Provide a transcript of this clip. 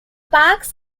parks